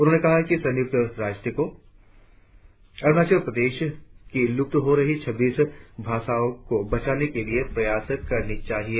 उन्होंने कहा कि संयुक्त राष्ट्र को अरुणाचल प्रदेश की लुप्त हो रही छब्बीस भाषाओं को बचाने के प्रयास करने चाहिये